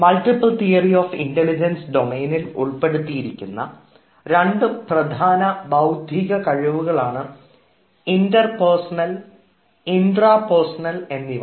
multiple theory of intelligence ഡൊമൈനിൽ ഉൾപ്പെടുത്തിയിരിക്കുന്ന രണ്ട് പ്രധാന ബൌദ്ധിക കഴിവുകളാണ് ഇന്റർപർസണൽ ഇന്റാപർസണൽ എന്നിവ